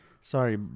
Sorry